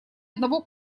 одного